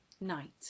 night